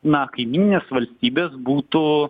na kaimyninės valstybės būtų